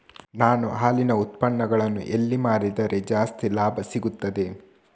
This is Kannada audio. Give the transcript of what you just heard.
ನಾನು ಹಾಲಿನ ಉತ್ಪನ್ನಗಳನ್ನು ಎಲ್ಲಿ ಮಾರಿದರೆ ಜಾಸ್ತಿ ಲಾಭ ಸಿಗುತ್ತದೆ?